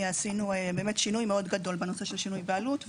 עשינו באמת שינוי מאוד גדול בנושא שינוי בעלות,